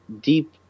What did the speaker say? Deep